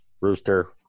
rooster